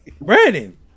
Brandon